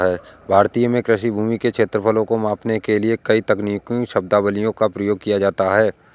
भारत में कृषि भूमि के क्षेत्रफल को मापने के लिए कई तकनीकी शब्दावलियों का प्रयोग किया जाता है